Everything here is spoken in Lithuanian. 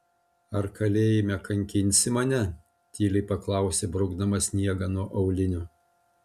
ar kalėjime kankinsi mane tyliai paklausė braukdama sniegą nuo aulinių